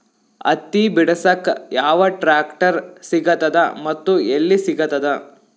ಹತ್ತಿ ಬಿಡಸಕ್ ಯಾವ ಟ್ರಾಕ್ಟರ್ ಸಿಗತದ ಮತ್ತು ಎಲ್ಲಿ ಸಿಗತದ?